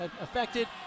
affected